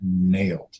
nailed